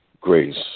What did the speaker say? grace